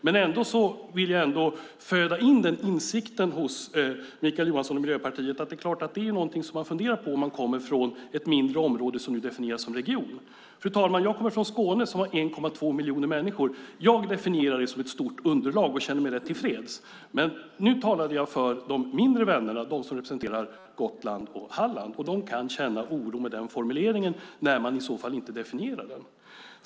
Men jag vill föda den insikten hos Mikael Johansson och Miljöpartiet att det är någonting som man funderar på när man kommer från ett mindre område som nu definieras som region. Fru talman! Jag kommer från Skåne som har 1,2 miljoner människor. Jag definierar det som ett stort underlag och känner mig tillfreds, men nu talade jag för dem som representerar Gotland och Halland, de mindre regionerna. De kan känna oro med den formuleringen när man inte definierar den.